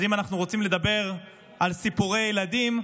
אז אם אנחנו רוצים לדבר על סיפורי ילדים,